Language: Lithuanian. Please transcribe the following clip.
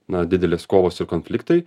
na didelės kovos ir konfliktai